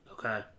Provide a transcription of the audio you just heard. Okay